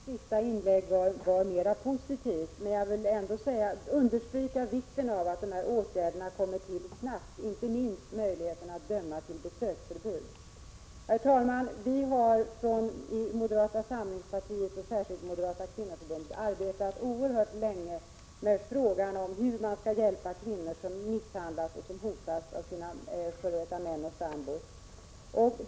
Herr talman! Även jag vill säga att justitieministerns senaste inlägg var mer positivt, men ändå vill jag understryka vikten av att dessa åtgärder kommer till stånd snabbt, inte minst då möjligheten att döma till besöksförbud. Vi har i moderata samlingspartiet, och särskilt i Moderata kvinnoförbundet, arbetat oerhört länge med frågan om hur man skall kunna hjälpa kvinnor som misshandlas och hotas av sina f.d. män och sambos.